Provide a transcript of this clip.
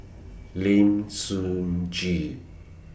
Lim Sun Gee